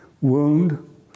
wound